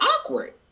awkward